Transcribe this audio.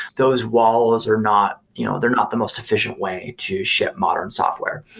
those walls are not you know they're not the most sufficient way to ship modern software.